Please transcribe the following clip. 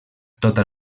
tota